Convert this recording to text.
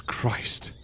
Christ